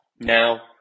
Now